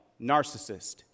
narcissist